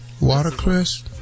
watercress